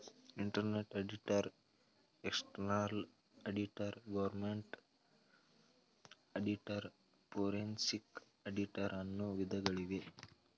internal auditor, external auditor, government auditor, forensic auditor, ಅನ್ನು ವಿಧಗಳಿವೆ